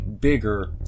bigger